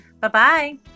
Bye-bye